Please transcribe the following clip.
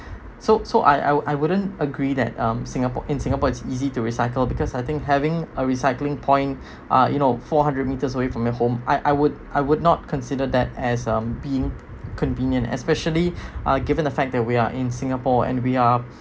so so I I wouldn't agree that um singapore in singapore it's easy to recycle because I think having a recycling point uh you know four hundred metres away from your home I I would I would not consider that as um being convenient especially uh given the fact that we are in singapore and we are